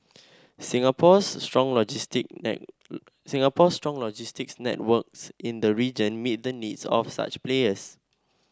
Singapore's strong Singapore's strong logistics networks in the region meet the needs of such players